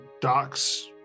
docks